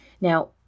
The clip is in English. Now